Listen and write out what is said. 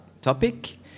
topic